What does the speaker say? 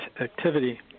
activity